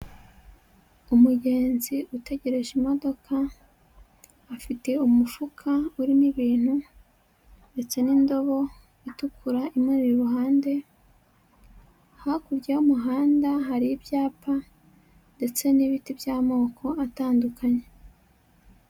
Umugenzi utegereje imodoka, afite umufuka urimo ibintu ndetse n'indobo itukura imuri iruhande, hakurya y'umuhanda hari ibyapa ndetse n'ibiti by'amoko atandukanye.